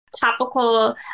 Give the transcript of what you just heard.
topical